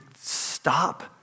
stop